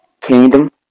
Kingdom